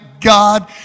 God